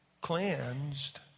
cleansed